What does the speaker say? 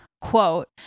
Quote